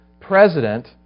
President